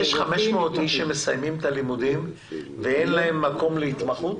יש 500 אנשים שמסיימים את הלימודים ואין להם מקום להתמחות?